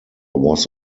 was